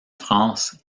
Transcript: france